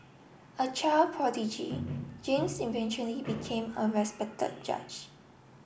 a child prodigy James eventually became a respected judge